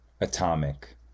atomic